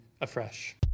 afresh